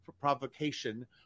provocation